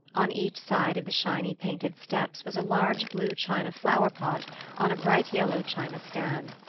on each side of the shiny painted steps was a large blue china flower-pot on a bright yellow china stand.